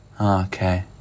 Okay